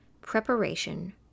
preparation